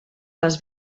les